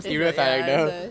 it's like ya that's why